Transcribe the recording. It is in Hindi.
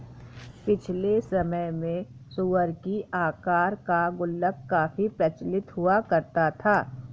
पिछले समय में सूअर की आकार का गुल्लक काफी प्रचलित हुआ करता था